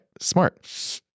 smart